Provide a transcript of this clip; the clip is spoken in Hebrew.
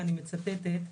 ואני מצטטת: